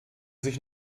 sich